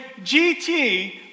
GT